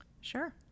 Sure